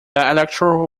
electoral